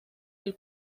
del